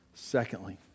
Secondly